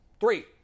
Three